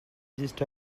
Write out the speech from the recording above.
gist